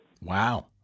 Wow